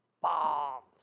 bombs